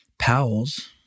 Powell's